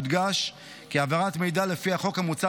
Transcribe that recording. יודגש כי העברת מידע לפי החוק המוצע